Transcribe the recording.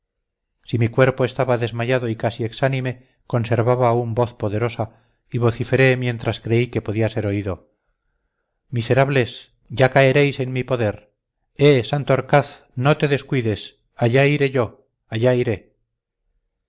si mi cuerpo estaba desmayado y casi exánime conservaba aún voz poderosa y vociferé mientras creí que podía ser oído miserables ya caeréis en mi poder eh santorcaz no te descuides allá iré yo allá iré